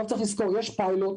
צריך לזכור, יש פיילוט